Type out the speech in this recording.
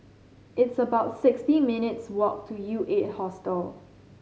it's about sixty minutes' walk to UEight Hostel